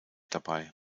dabei